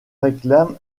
réclament